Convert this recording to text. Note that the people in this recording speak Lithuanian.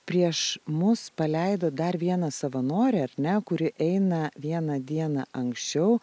prieš mus paleido dar vieną savanorį ar ne kuri eina vieną dieną anksčiau